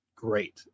great